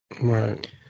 Right